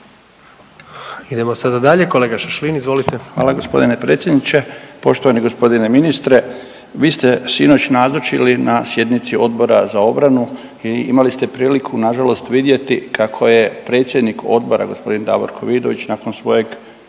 Idemo sada dalje, kolega Šašlin izvolite. **Šašlin, Stipan (HDZ)** Hvala gospodine predsjedniče. Poštovani gospodine ministre, vi ste sinoć nazočili na sjednici Odbora za obranu i imali ste priliku nažalost vidjeti kako je predsjednik odbora gospodin Davorko Vidović nakon svojeg,